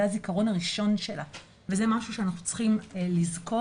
זה הזיכרון הראשון שלה וזה משהו שאנחנו צריכים לזכור.